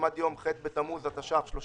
והכל אם לא חלפו 6 שנים